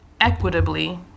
equitably